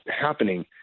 happening